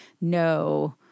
no